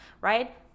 right